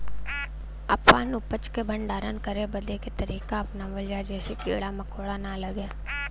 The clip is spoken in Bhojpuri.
अपना उपज क भंडारन करे बदे का तरीका अपनावल जा जेसे कीड़ा मकोड़ा न लगें?